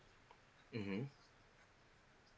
mmhmm